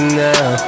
now